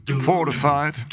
fortified